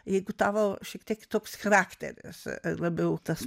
jeigu tavo šiek tiek kitoks charakteris labiau tas